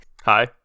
Hi